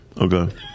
Okay